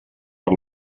per